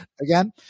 again